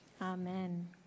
Amen